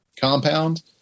compound